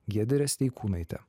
giedrė steikūnaitė